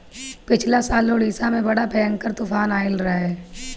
पिछला साल उड़ीसा में बड़ा भयंकर तूफान आईल रहे